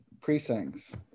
precincts